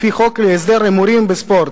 לפי חוק להסדר ההימורים בספורט.